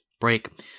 break